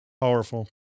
Powerful